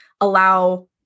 allow